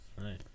Right